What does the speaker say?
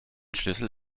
schlüssel